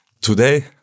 Today